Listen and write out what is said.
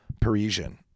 Parisian